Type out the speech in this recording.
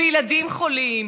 וילדים חולים,